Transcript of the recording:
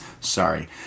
Sorry